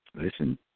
Listen